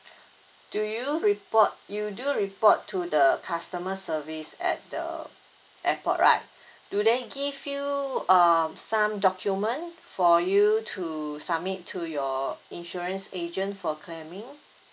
do you report you do report to the customer service at the airport right do they give you um some document for you to submit to your insurance agent for claiming